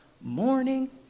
morning